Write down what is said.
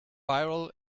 viral